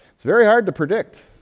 very hard to predict,